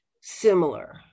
similar